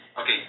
Okay